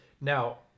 now